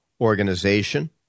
organization